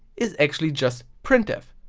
is actually just printf.